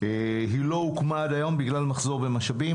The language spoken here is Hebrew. היא לא הוקמה עד היום בגלל מחסור במשאבים,